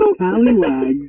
Tallywags